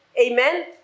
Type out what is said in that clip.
Amen